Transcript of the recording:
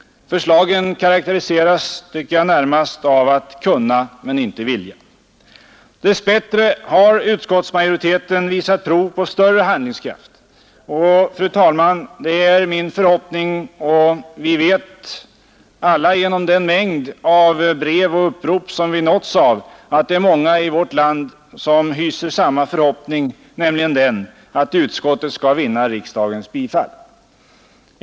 Förslagen karakteriseras, tycker jag, närmast av att kunna men inte vilja. Dess bättre har utskottsmajoriteten visat prov på större handlingskraft. Fru talman, det är min förhoppning — och vi vet alla genom den mängd av brev och upprop som vi nåtts av, att många i vårt land hyser samma förhoppning — att utskottets förslag skall vinna riksdagens bifall.